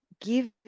give